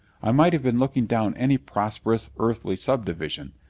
i might have been looking down any prosperous earthly subdivision,